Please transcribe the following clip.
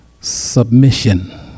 submission